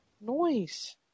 noise